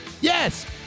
Yes